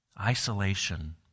Isolation